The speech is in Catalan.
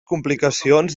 complicacions